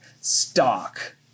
stock